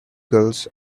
gulls